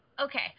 Okay